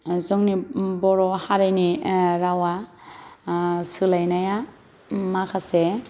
जोंनि बर'हारिनि रावा सोलायनाया माखासे